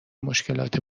مشکلات